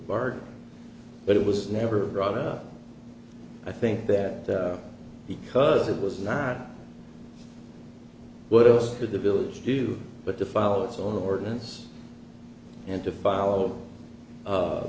bar but it was never brought up i think that because it was not what else could the village do but to follow its own ordinance and to follow